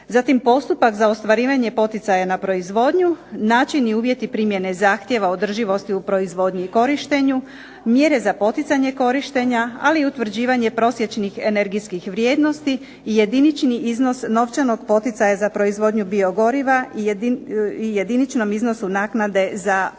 zatim postupak za ostvarivanje poticaja na proizvodnju, način i uvjeti primjene zahtjeva održivosti u proizvodnji i korištenju, mjere za poticanje korištenja, ali i utvrđivanje prosječnih energijskih vrijednosti i jedinični iznos novčanog poticaja za proizvodnju biogoriva i jediničnom iznosu naknade za poticanje